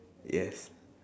yes